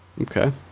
Okay